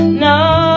No